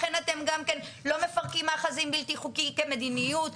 לכן אתם גם כן לא מפרקים מאחזים בלתי חוקיים כמדיניות,